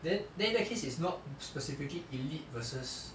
then then in that case is not specifically elite versus